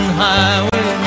highway